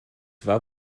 war